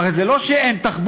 הרי זה לא שאין תחבורה,